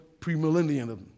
premillennialism